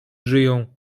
żyją